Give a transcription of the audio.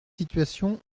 situation